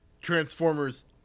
Transformers